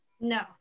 No